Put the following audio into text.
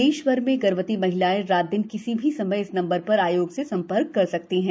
देश भर में गर्भवती महिलाएं रात दिन किसी भी समय इस नम्बर पर आयोग से संपर्क कर सकती हैं